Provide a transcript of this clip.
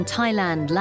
Thailand